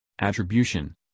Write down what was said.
Attribution